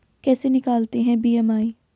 कैसे निकालते हैं बी.एम.आई?